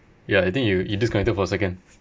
ya I think you you disconnected for a second